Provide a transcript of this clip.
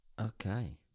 Okay